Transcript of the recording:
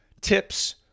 tips